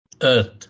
Earth